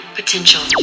potential